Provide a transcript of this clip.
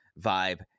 vibe